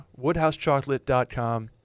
woodhousechocolate.com